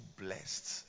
blessed